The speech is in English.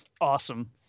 Awesome